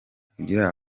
kugira